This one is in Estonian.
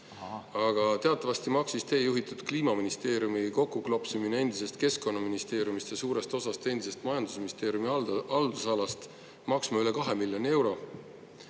hakkama? Teatavasti maksis teie juhitud Kliimaministeeriumi kokkuklopsimine endisest keskkonnaministeeriumist ja suurest osast majandusministeeriumi haldusalast üle kahe miljoni euro.